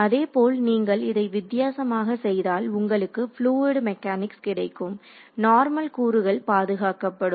அதே போல் நீங்கள் இதை வித்தியாசமாக செய்தால் உங்களுக்கு ஃபுளுயிட் மெக்கானிக்ஸ் கிடைக்கும் நார்மல் கூறுகள் பாதுகாக்கப்படும்